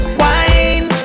wine